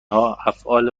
افعال